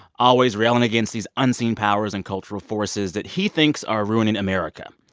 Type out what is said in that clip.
always railing against these unseen powers and cultural forces that he thinks are ruining america.